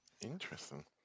Interesting